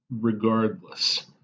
regardless